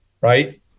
right